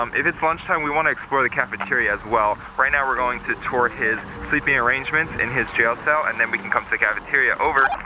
um if it's lunch time we wanna explore the cafeteria as well. right now we're going to tour his sleeping arrangements in his jail cell and then we can come to the cafeteria. over.